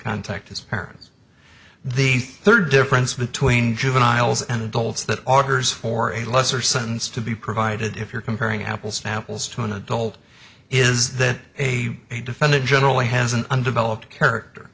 contact his parents the third difference between juveniles and adults that orders for a lesser sentence to be provided if you're comparing apples to apples to an adult is that a defendant generally has an undeveloped character